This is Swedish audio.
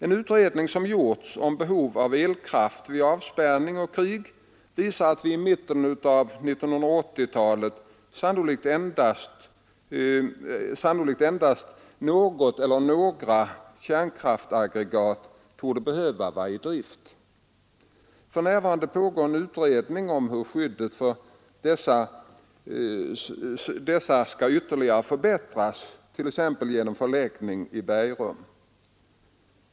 En utredning som gjorts om behovet av elkraft vid avspärrning och krig visar att vid mitten av 1980-talet sannolikt endast något eller några kärnkraftaggregat torde behöva vara i drift. För närvarande pågår en utredning om hur skyddet för dessa senare ytterligare kan förbättras, t.ex. genom förläggning i bergrum.